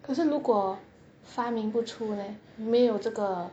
可是如果发明不出 leh 没有这个